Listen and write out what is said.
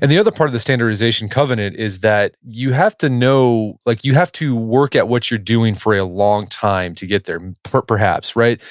and the other part of the standardization covenant is that you have to know, like you have to work at what you're doing for a long time to get there perhaps. right,